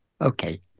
Okay